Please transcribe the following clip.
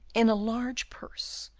in a large purse,